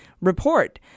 report